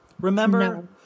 Remember